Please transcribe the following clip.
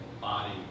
body